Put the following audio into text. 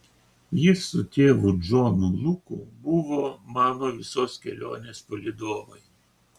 jis su tėvu džonu luku buvo mano visos kelionės palydovai